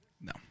No